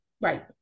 right